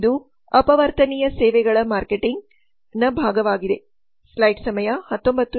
ಇವು ಅಪವರ್ತನೀಯ ಸೇವೆಗಳ ಮಾರ್ಕೆಟಿಂಗ್ ಅಪವರ್ತನೀಯ ಸೇವೆಗಳ ಮಾರ್ಕೆಟಿಂಗ್ನ ಭಾಗವಾಗಿದೆ